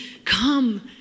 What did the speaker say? Come